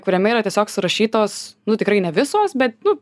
kuriame yra tiesiog surašytos nu tikrai ne visos bet nu